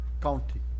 county